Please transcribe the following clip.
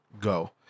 go